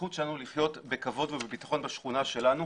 הזכות שלנו לחיות בכבוד ובביטחון בשכונה שלנו.